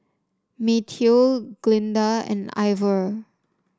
Mateo Glinda and Ivor